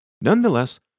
nonetheless